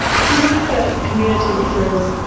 so with the community referrals,